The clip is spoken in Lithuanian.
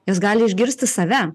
jos gali išgirsti save